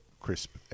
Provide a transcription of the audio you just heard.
Crisp